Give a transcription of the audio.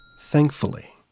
Thankfully